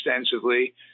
extensively